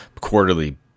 quarterly